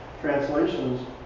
translations